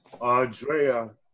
Andrea